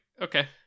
okay